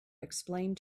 explained